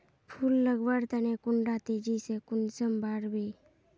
फुल लगवार तने कुंडा तेजी से कुंसम बार वे?